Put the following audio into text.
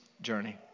journey